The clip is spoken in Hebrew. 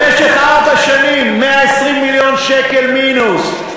במשך ארבע שנים, 120 מיליון שקל מינוס.